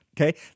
Okay